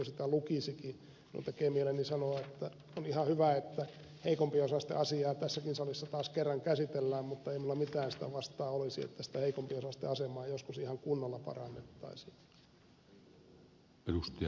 minun tekee mieleni sanoa että on ihan hyvä että heikompiosaisten asiaa tässäkin salissa taas kerran käsitellään mutta ei minulla mitään sitä vastaan olisi että sitä heikompiosaisten asemaa joskus ihan kunnolla parannettaisiin